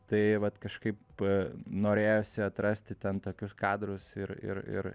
tai vat kažkaip norėjosi atrasti ten tokius kadrus ir ir ir